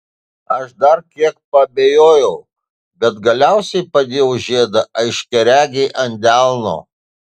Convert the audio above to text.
aš dar kiek paabejojau bet galiausiai padėjau žiedą aiškiaregei ant delno